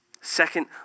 Second